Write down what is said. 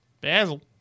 Basil